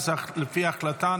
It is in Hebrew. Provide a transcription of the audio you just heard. לפי ההחלטה,